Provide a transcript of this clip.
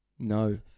No